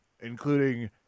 including